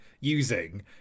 using